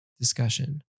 discussion